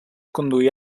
conduir